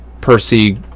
Percy